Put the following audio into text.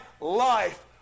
life